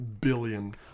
billion